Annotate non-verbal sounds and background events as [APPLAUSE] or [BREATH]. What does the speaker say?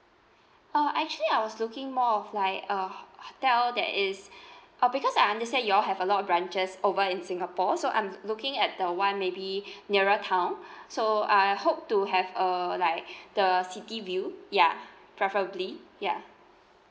uh actually I was looking more of like uh ho~ hotel that is uh because I understand you all have a lot branches over in singapore so I'm looking at the one maybe nearer town [BREATH] so I hope to have a like the city view ya preferably ya